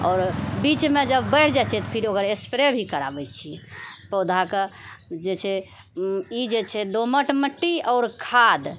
आओर बीचमे जब बढ़ि जाइ छै फिर ओकर स्प्रे भी कराबै छियै पौधाके जे छै ई जे छै दोमट माटि आओर खाद